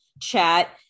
chat